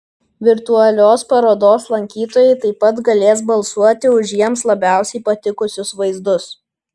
virtualios parodos lankytojai taip pat galės balsuoti už jiems labiausiai patikusius vaizdus